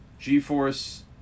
G-Force